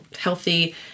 healthy